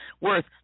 worth